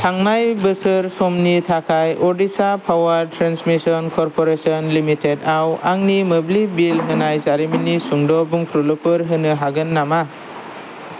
थांनाय बोसोर समनि थाखाय Odisha power transmission corporation limited आव आंनि मोब्लिब बिल होनाय जारिमिननि सुंद' बुंफुरलुफोर होनो हागोन नामा